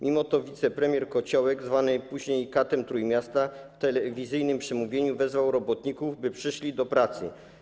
Mimo to wicepremier Kociołek, zwany później katem Trójmiasta, w telewizyjnym przemówieniu wezwał robotników, by przyszli do pracy.